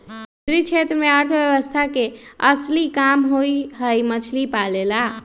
समुद्री क्षेत्र में अर्थव्यवस्था के असली काम हई मछली पालेला